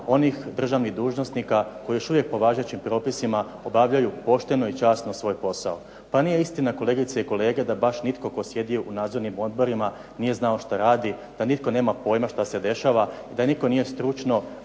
onih državnih dužnosnika koji još uvijek po važećim propisima obavljaju pošteno i časno svoj posao. Pa nije istina kolegice i kolege da baš nitko tko sjedi u nadzornim odborima nije znao šta radi, da nitko nema pojma šta se dešava i da nitko nije stručno